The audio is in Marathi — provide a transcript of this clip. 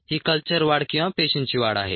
ही कल्चर वाढ किंवा पेशींची वाढ आहे